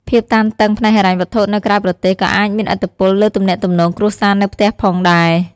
ភាពតានតឹងផ្នែកហិរញ្ញវត្ថុនៅក្រៅប្រទេស ក៏អាចមានឥទ្ធិពលលើទំនាក់ទំនងគ្រួសារនៅផ្ទះផងដែរ។